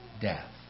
death